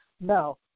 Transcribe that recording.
No